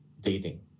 dating